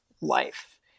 life